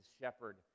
shepherd